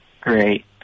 Great